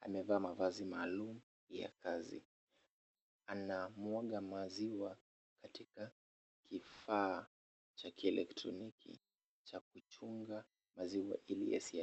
amevaa mavazi maalum ya kazi. Anamwaga maziwa katika kifaa cha kielektroniki cha kuchunga maziwa ili yasiharibike.